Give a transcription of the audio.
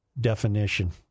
definition